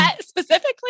specifically